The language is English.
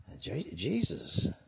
Jesus